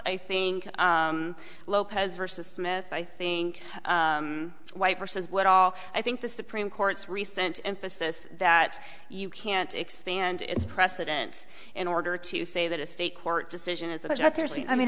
i think lopez versus smith i think white versus what all i think the supreme court's recent emphasis that you can't expand its precedence in order to say that a state court decision is i thirty i mean